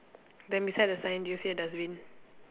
then beside the sign do you see a dustbin